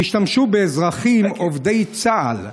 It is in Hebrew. תשתמשו באזרחים עובדי צה"ל.